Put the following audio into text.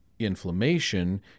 Inflammation